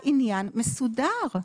העניין מסודר.